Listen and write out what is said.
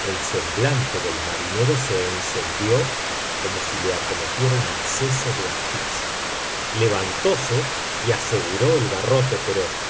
el semblante del marinero se encendió como si le acometiera un acceso de asfixia levantóse y aseguró el garrote pero